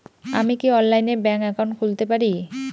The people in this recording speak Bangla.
আমি কি অনলাইনে ব্যাংক একাউন্ট খুলতে পারি?